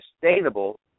sustainable